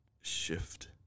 shift